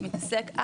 שמתעסק,